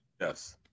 Yes